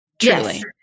Truly